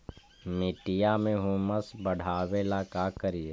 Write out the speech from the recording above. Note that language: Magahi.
मिट्टियां में ह्यूमस बढ़ाबेला का करिए?